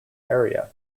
area